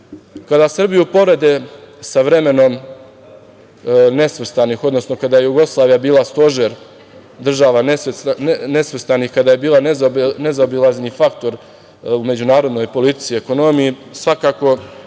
Srbiju porede sa vremenom nesvrstanih, odnosno kada je Jugoslavija bila stožer država nesvrstanih, kada je bila nezaobilazni faktor u međunarodnoj politici i ekonomiji svakako